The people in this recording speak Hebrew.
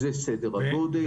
זה סדר הגודל.